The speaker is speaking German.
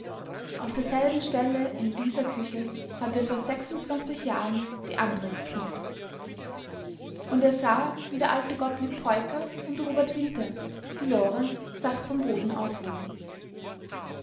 auf derselben stelle in dieser küche hatte vor sechsundzwanzig jahren die andre gekniet und er sah wie der alte gottlieb peuker und robert winter die lore sacht vom boden aufhoben